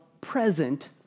present